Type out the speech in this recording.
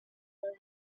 with